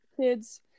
kids